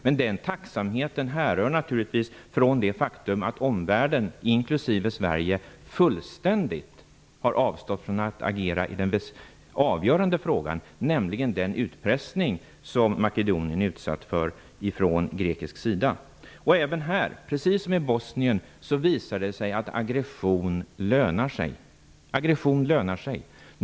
Men den tacksamheten gäller naturligtvis inte det faktum att omvärlden inklusive Sverige fullständigt har avstått från att agera i den avgörande frågan, nämligen den utpressning som Makedonien är utsatt för från grekisk sida. Precis som i Bosnien visar det sig att aggression lönar sig.